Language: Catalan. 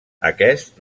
aquest